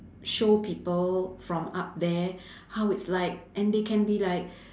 show people from up there how it's like and they can be like